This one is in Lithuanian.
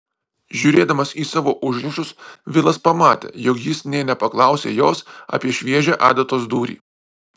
žiūrėdamas į savo užrašus vilas pamatė jog jis nė nepaklausė jos apie šviežią adatos dūrį